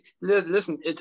Listen